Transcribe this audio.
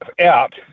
out